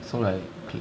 so like okay